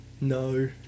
No